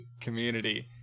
community